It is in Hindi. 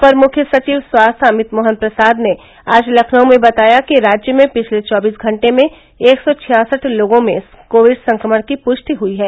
अपर मुख्य सचिव स्वास्थ्य अमित मोहन प्रसाद ने आज लखनऊ में बताया कि राज्य में पिछले चौबीस घंटे में एक सौ छियासठ लोगों में कोविड संक्रमण की पुष्टि हुई है